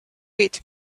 eat